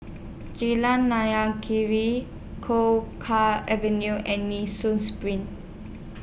Jalan Naya Kee Choe Ka Avenue and Nee Soon SPRING